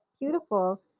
beautiful